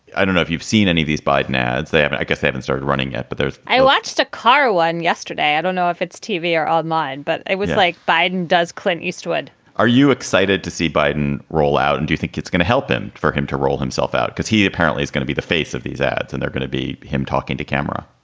i don't know if you've seen any of these biden ads. they haven't i guess they haven't started running yet but there's i watched a car one yesterday. i don't know if it's tv or online, but it was like biden does clint eastwood are you excited to see biden roll out? and do you think it's going to help him for him to roll himself out? because he apparently is going to be the face of these ads and they're going to be him talking to camera?